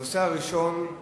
הנושא הראשון,